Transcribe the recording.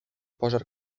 pożar